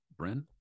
Bren